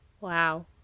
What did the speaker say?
wow